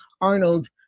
Arnold